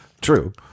True